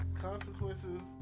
consequences